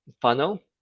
funnel